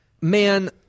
Man